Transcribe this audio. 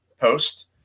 post